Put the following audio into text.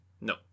no